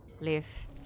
live